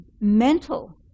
mental